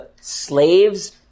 slaves